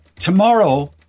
Tomorrow